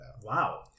Wow